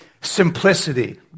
Simplicity